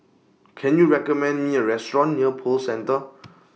Can YOU recommend Me A Restaurant near Pearl Centre